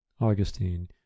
Augustine